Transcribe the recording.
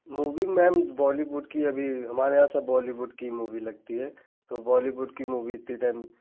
movie ma'am Bollywood की अभी हमारे यहाँ सब बॉलीवुड की ही मूवी लगती है तो बॉलीवुड की मूवी इतनी टाइम